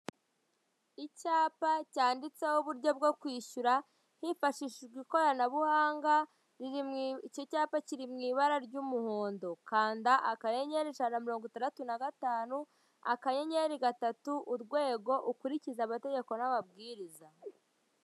Icyapa cyanditseho uburyo bwo kwishyura hifashishijwe ikoranabuhanga iki cyapa kiri mwibara ry'umuhondo, kanda akanyenyeri ijana na miringo itandatu na gatanu akanyenyeri gatatu urwego ukurikize amategeko n'amabwiriza.